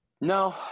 No